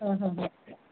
ହଁ ହଁ